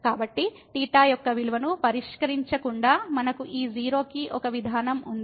కాబట్టి యొక్క విలువను పరిష్కరించకుండా మనకు ఈ 0 కి ఒక విధానం ఉంది